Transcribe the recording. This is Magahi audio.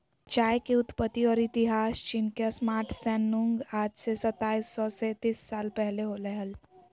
चाय के उत्पत्ति और इतिहासचीनके सम्राटशैन नुंगआज से सताइस सौ सेतीस साल पहले होलय हल